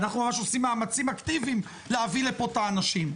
כי אנחנו עושים מאמצים אקטיביים להביא לפה את האנשים.